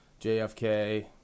JFK